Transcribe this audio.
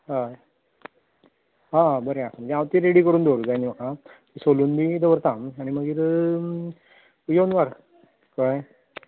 हय आ बरें म्हणजे ती रेडी करून दवरूं जाय न्ही म्हाका सोलून बी दवरता आनी मागीर येवन व्हर कळ्ळें